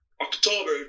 October